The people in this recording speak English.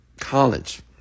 college